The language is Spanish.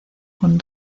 con